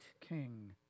king